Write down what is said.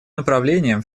направлением